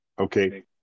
Okay